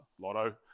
Lotto